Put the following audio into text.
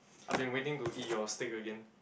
I've been waiting to eat your steak again